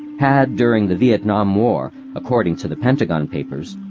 had, during the vietnam war, according to the pentagon papers,